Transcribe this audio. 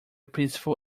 peaceful